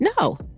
No